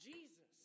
Jesus